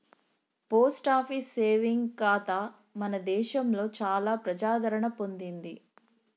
post office saving ఖాతా మన దేశంలో చాలా ప్రజాదరణ పొందింది